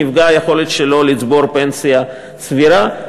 נפגעת היכולת שלו לצבור פנסיה סבירה.